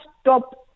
stop